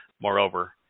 Moreover